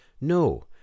No